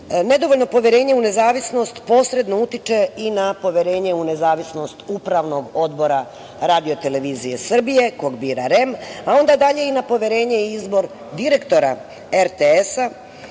Nedovoljno nepoverenje u nezavisnost posredno utiče i na poverenje u nezavisnost Upravnog odbora RTS-a koga bira REM, a onda i dalje na poverenje i izbor direktora RTS-a